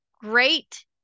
great